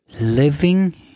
Living